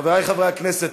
חברי חברי הכנסת,